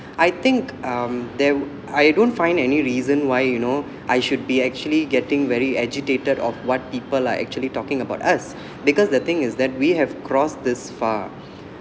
I think um there I don't find any reason why you know I should be actually getting very agitated of what people are actually talking about us because the thing is that we have cross this far